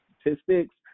statistics